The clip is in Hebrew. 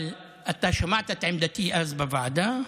אבל אתה שמעת את עמדתי אז בוועדה,